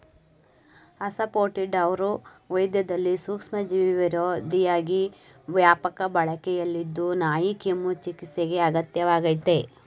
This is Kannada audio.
ಅಸಾಫೋಟಿಡಾವು ವೈದ್ಯದಲ್ಲಿ ಸೂಕ್ಷ್ಮಜೀವಿವಿರೋಧಿಯಾಗಿ ವ್ಯಾಪಕ ಬಳಕೆಯಲ್ಲಿದ್ದು ನಾಯಿಕೆಮ್ಮು ಚಿಕಿತ್ಸೆಗೆ ಅಗತ್ಯ ವಾಗಯ್ತೆ